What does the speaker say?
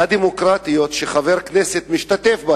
הדמוקרטיות שחבר כנסת משתתף בהן.